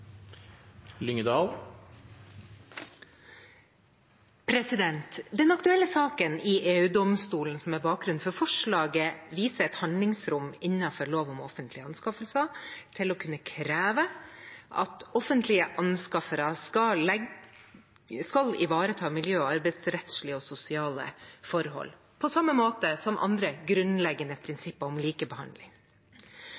bakgrunnen for forslaget, viser et handlingsrom innenfor lov om offentlige anskaffelser til å kunne kreve at offentlige anskaffere skal ivareta miljø-, sosial- og arbeidsrettslige forhold på samme måte som andre grunnleggende